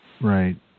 Right